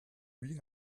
wie